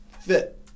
fit